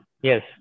Yes